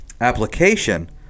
application